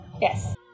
yes